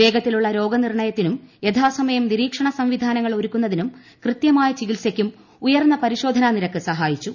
വേഗത്തിലുള്ള രോഗനിർണയത്തിനും യഥാസമയം നിരീക്ഷണ സംവിധാനങ്ങൾ ഒരുക്കുന്നതിനും കൃത്യമായ ചികിത്സയ്ക്കും ഉയർന്ന പരിശോധന നിരക്ക് സഹായിച്ചു